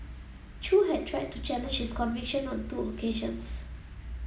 Chew had tried to challenge his conviction on two occasions